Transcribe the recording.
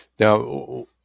Now